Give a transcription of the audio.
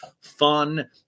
fun